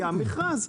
היה מכרז.